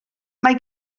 mae